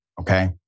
okay